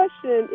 question